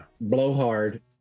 blowhard